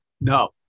no